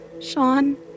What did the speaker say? Sean